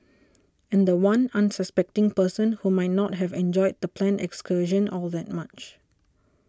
and the one unsuspecting person who might not have enjoyed the planned excursion all that much